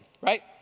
right